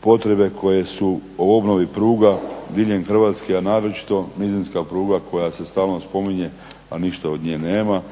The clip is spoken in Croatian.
potrebe koje su o obnovi pruga diljem Hrvatske, a naročito nizinska pruga koja se stalno spominje a ništa od nje nema